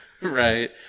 right